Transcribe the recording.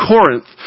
Corinth